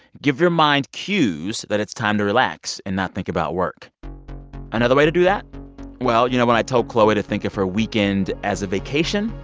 give your mind cues that it's time to relax and not think about work another way to do that well, you know when i told chloe to think of her weekend as a vacation?